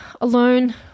alone